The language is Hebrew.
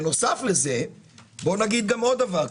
בנוסף לזה בוא נגיד גם עוד דבר,